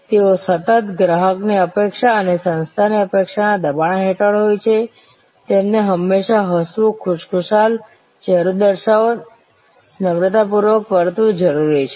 તેઓ સતત ગ્રાહકની અપેક્ષા અને સંસ્થાકીય અપેક્ષાના દબાણ હેઠળ હોય છે તેમને હંમેશા હસવું ખુશખુશાલ ચહેરો દર્શાવવો નમ્રતાપૂર્વક વર્તવું જરૂરી છે